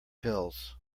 pills